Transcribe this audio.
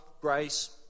grace